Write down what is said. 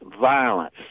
violence